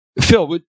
Phil